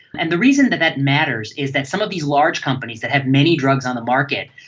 and the reason that that matters is that some of these large companies that have many drugs on the market,